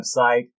website